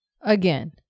again